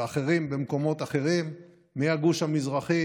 ואחרים במקומות אחרים, מהגוש המזרחי